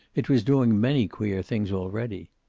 it was doing many queer things, already.